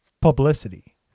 publicity